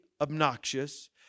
obnoxious